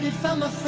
fellow.